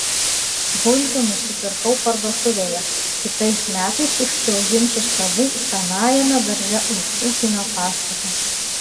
bulvių nusipirkau parduotuvėje kitais metais užsiauginsiu savų senajame darže už ūkinio pastato